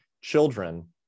children